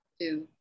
Two